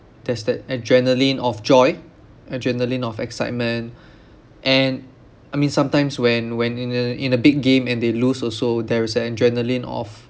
there's that adrenaline of joy adrenaline of excitement and I mean sometimes when when in a in a big game and they lose also there is an adrenaline of